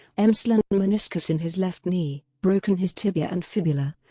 um so and meniscus in his left knee, broken his tibia and fibula,